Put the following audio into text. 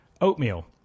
oatmeal